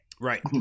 Right